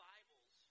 Bibles